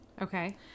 Okay